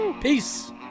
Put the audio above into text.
Peace